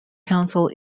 council